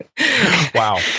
Wow